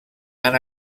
han